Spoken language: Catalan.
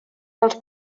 dels